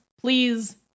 please